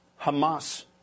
Hamas